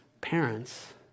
parents